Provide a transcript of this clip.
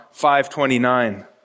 5.29